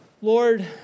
Lord